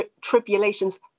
tribulations